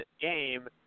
game